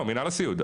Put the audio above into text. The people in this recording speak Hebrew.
מנהל הסיעוד.